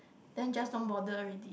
then just don't bother already